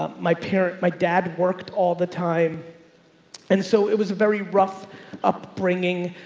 um my parents, my dad worked all the time and so it was a very rough upbringing,